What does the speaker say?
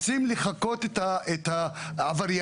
רוצים לחקות את העבריינים.